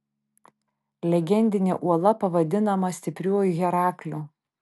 legendinė uola pavadinama stipriuoju herakliu